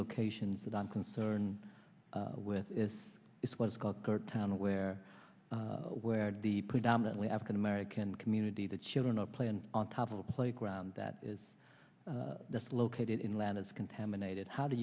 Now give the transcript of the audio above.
locations that i'm concerned with is what's called town where where the predominantly african american community the children are playing on top of the playground that is located inland is contaminated how do